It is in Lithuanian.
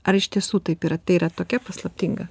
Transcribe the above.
ar iš tiesų taip yra tai yra tokia paslaptinga